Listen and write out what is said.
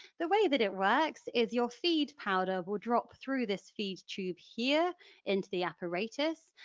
the way that it works is your feed powder will drop through this feed tube here into the apparatus.